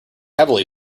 heavily